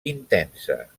intensa